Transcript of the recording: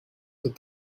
that